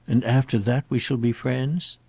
and after that we shall be friends?